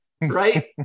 right